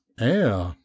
air